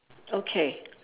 okay